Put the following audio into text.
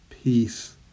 peace